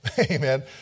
amen